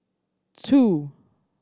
two